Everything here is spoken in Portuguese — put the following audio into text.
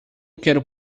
quero